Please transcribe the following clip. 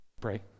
Pray